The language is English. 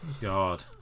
God